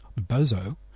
BOZO